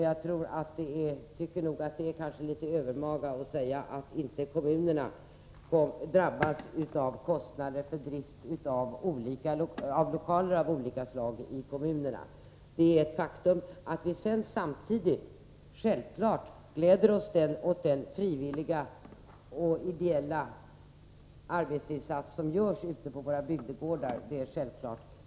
Jag tycker nog att det är litet övermaga att säga att kommunerna inte drabbas av kostnader för drift av lokaler av olika slag — det är faktum att de gör det. Självfallet glädjer vi oss åt den frivilliga och ideella arbetsinsats som görs ute på våra bygdegårdar.